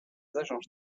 agences